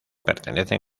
pertenecen